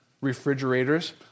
refrigerators